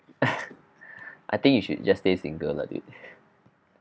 I think you should just stay single lah dude